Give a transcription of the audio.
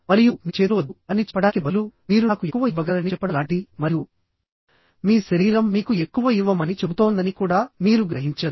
మరియు మీ చేతులు వద్దు అని చెప్పడానికి బదులు మీరు నాకు ఎక్కువ ఇవ్వగలరని చెప్పడం లాంటిది మరియు మీ శరీరం మీకు ఎక్కువ ఇవ్వమని చెబుతోందని కూడా మీరు గ్రహించరు